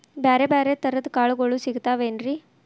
ಬ್ಯಾರೆ ಬ್ಯಾರೆ ತರದ್ ಕಾಳಗೊಳು ಸಿಗತಾವೇನ್ರಿ?